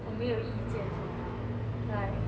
我没有意见 for now like